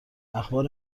اخبار